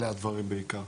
אלה הדברים בעיקר.